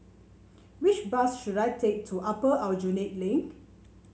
which bus should I take to Upper Aljunied Link